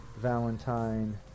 Valentine